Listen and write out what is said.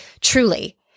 truly